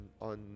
on